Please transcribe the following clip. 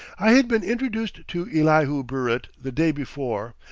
i had been introduced to elihu burritt the day before,